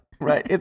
Right